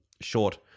short